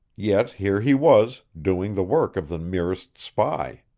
yet here he was, doing the work of the merest spy.